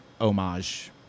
homage